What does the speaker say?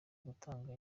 gutanga